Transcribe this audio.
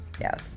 yes